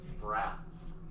brats